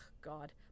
God